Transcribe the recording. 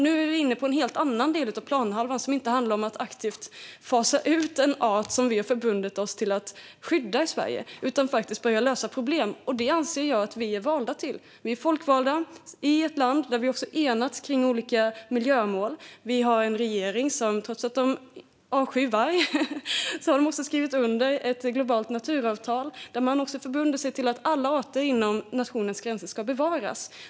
Nu är vi inne på en helt annan del av planhalvan som inte handlar om att aktivt fasa ut en art som vi har förbundit oss att skydda i Sverige utan som handlar om att börja lösa problem. Och jag anser att vi är valda för det. Vi är folkvalda i ett land där vi också har enats om olika miljömål. Vi har en regering som, trots att den avskyr vargar, har skrivit under ett globalt naturavtal där man har förbundit sig att se till att alla arter inom nationens gränser ska bevaras.